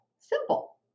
simple